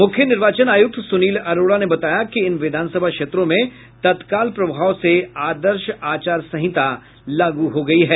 मुख्य निर्वाचन आयुक्त सुनील अरोड़ा ने बताया कि इन विधानसभा क्षेत्रों में तत्काल प्रभाव से आदर्श आचार संहिता लागू हो गई है